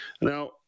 Now